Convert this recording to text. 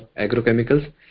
agrochemicals